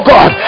God